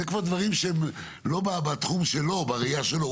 זה כבר דברים שהם לא בתחום שלו, בראייה שלו.